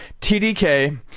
TDK